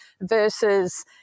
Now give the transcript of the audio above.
versus